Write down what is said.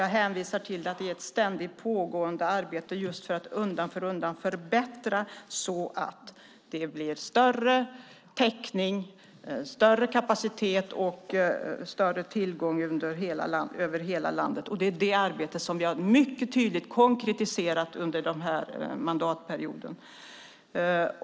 Jag har sagt att det ständigt pågår ett arbete för att undan för undan göra förbättringar så att det blir bättre täckning, större kapacitet och större tillgång över hela landet. Det är det arbetet som vi mycket tydligt har konkretiserat under denna mandatperiod.